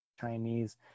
Chinese